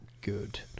good